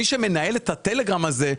מי שמנהל את הטלגרם הזה,